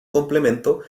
complemento